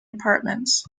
departments